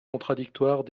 contradictoires